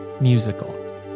musical